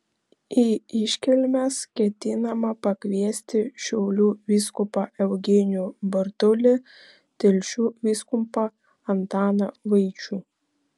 į iškilmes ketinama pakviesti šiaulių vyskupą eugenijų bartulį telšių vyskupą antaną vaičių